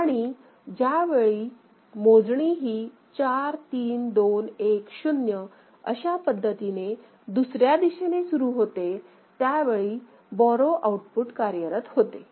आणि ज्यावेळी मोजणी ही 4 3 2 1 0अशा पद्धतीने दुसर्या दिशेने सुरू होते त्यावेळी बोरो आउटपुट कार्यरत होते